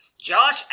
Josh